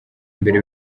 imbere